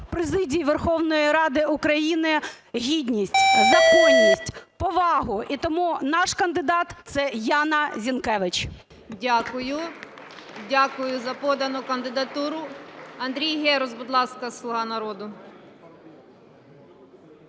президії Верховної Ради України гідність, законність, повагу. І тому наш кандидат – це Яна Зінкевич. ГОЛОВУЮЧА. Дякую. Дякую за подану кандидатуру. Андрій Герус, будь ласка, "Слуга народу".